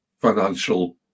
financial